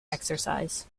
exercise